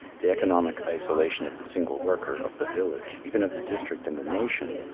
the economic isolation of the single worker, of the village, even of the district and the nation,